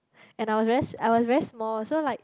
and I was very I was very small so like